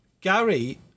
Gary